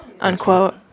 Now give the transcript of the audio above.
unquote